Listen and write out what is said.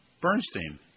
Bernstein